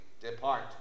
Depart